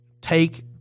take